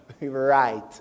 Right